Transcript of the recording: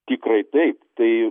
tikrai taip tai